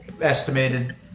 estimated